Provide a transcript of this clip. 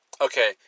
Okay